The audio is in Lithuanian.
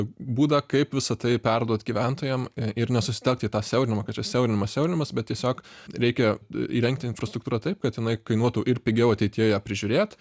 būdą kaip visa tai perduot gyventojam ir nesusitelkt į tą siaurinimą kad čia siaurinimas siaurinimas bet tiesiog reikia įrengti infrastruktūrą taip kad jinai kainuotų ir pigiau ateityje ją prižiūrėt